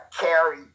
carry